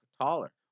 taller